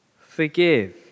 Forgive